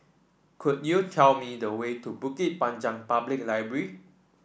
could you tell me the way to Bukit Panjang Public Library